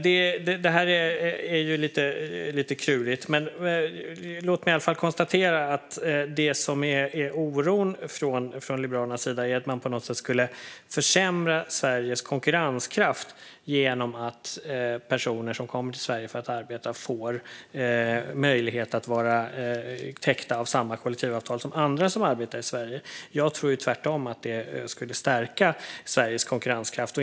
Detta är lite klurigt. Men låt mig i alla fall konstatera att oron från Liberalernas sida handlar om att man på något sätt skulle försämra Sveriges konkurrenskraft genom att personer som kommer till Sverige för att arbeta får möjlighet att vara täckta av samma kollektivavtal som andra som arbetar i Sverige är täckta av. Jag tror tvärtom att det skulle stärka Sveriges konkurrenskraft.